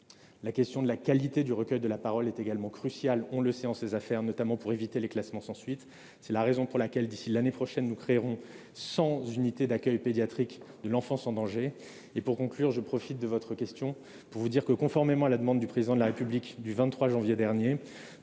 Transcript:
on le sait, la qualité du recueil de la parole est, elle aussi, cruciale dans ces affaires, notamment pour éviter les classements sans suite. C'est la raison pour laquelle, d'ici à l'année prochaine, nous créerons 100 unités d'accueil pédiatrique enfants en danger. Pour conclure, je profite de votre question, monsieur le sénateur, pour vous annoncer que, conformément à la demande du Président de la République du 23 janvier dernier,